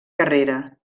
carrera